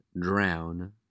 Drown